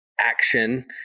action